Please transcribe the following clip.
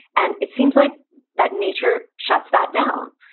and it seems like that nature shuts that down,